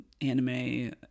anime